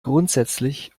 grundsätzlich